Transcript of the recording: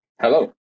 Hello